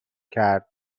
کرد